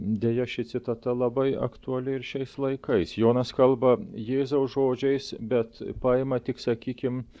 deja ši citata labai aktuali ir šiais laikais jonas kalba jėzaus žodžiais bet paima tik sakykim